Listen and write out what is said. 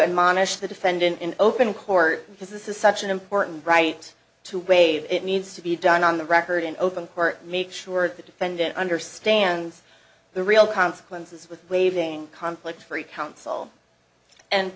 admonish the defendant in open court because this is such an important right to waive it needs to be done on the record in open court make sure the defendant understands the real consequences with waiving conflict free counsel and